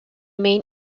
main